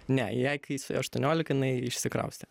ne jei kai suėjo aštuoniolika jinai išsikraustė